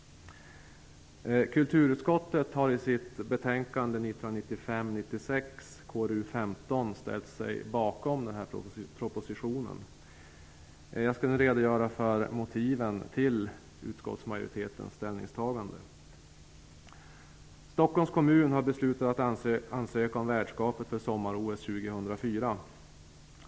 Kulturutskottet har i sitt betänkande Jag skall nu redogöra för motiven till utskottsmajoritetens ställningstagande. Stockholms kommun har beslutat att ansöka om värdskapet för sommar-OS år 2004.